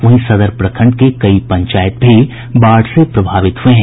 वहीं सदर प्रखंड के कई पंचायत भी बाढ़ से प्रभावित हुए हैं